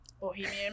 Bohemian